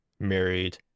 married